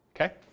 okay